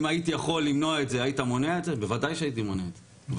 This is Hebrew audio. אם הייתי יכול למנוע את זה היית מונע את זה,